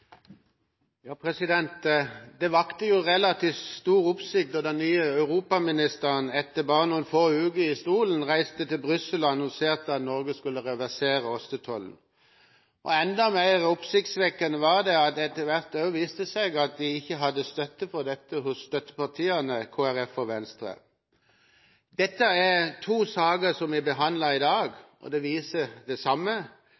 Det vakte relativt stor oppsikt da den nye europaministeren etter bare noen få uker i stolen reiste til Brussel og annonserte at Norge ville reversere ostetollen. Enda mer oppsiktsvekkende var det at det etter hvert viste seg at regjeringen ikke hadde støtte for dette hos støttepartiene Kristelig Folkeparti og Venstre. Dette er en av to saker vi behandler i dag, som viser det samme: